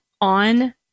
on